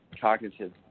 cognitive